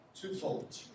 twofold